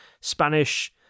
Spanish